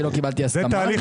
כשלא קיבלתי הסכמה.